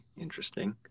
interesting